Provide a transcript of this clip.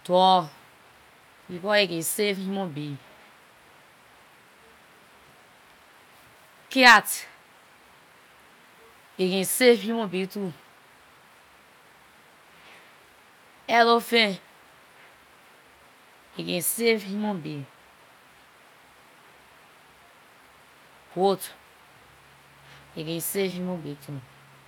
Dog, because it can save human being. Cat, it can save human being too. Elephant, it can save human being. Goat, it can save human being too.